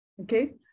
okay